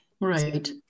Right